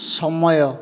ସମୟ